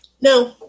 No